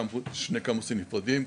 בשני קמפוסים נפרדים,